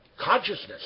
consciousness